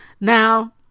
Now